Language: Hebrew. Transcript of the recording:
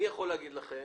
אני יכול לומר לכם